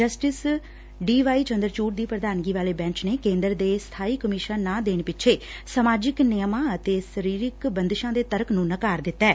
justice D Y Chandrachud ਦੀ ਪ੍ਰਧਾਨਗੀ ਵਾਲੇ ਬੈਂਚ ਨੇ ਕੇਂਦਰ ਦੇ ਸਬਾਈ ਕਮਿਸ਼ਨ ਨਾ ਦੇਣ ਪਿੱਛੇ ਸਮਾਜਿਕ ਨਿਯਮਾਂ ਅਤੇ ਸ਼ਰੀਰਕ ਬੰਦਿਸ਼ਾਂ ਦੇ ਤਰਕ ਨੁੰ ਨਕਾਰ ਦਿੱਤੈ